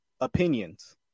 opinions